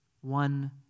One